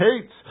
hates